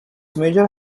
major